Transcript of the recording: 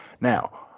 Now